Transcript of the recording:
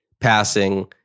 Passing